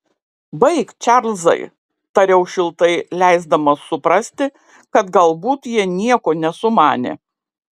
baik čarlzai tariau šiltai leisdamas suprasti kad galbūt jie nieko nesumanė